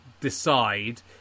decide